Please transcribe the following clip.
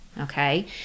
okay